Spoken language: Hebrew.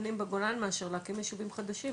קטנים בגולן מאשר להקים יישובים חדשים,